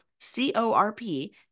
C-O-R-P